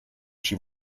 she